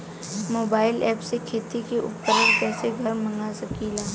Mobile ऐपसे खेती के उपकरण कइसे घर मगा सकीला?